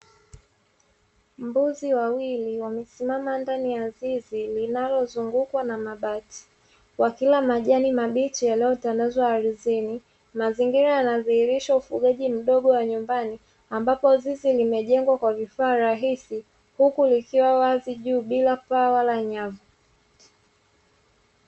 Mbuzi wawili wamesimama ndani ya zizi, linalozungukwa na mabati, wakila majani mabichi yaliyotandazwa ardhini mazingira yanadhihirisha ufugaji mdogo wa nyumbani ambapo zizi limejengewa kwa vifaa rahisi huku likiwa wazi bila paa wala nyavu.